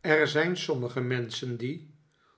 er zijn sommige menschen die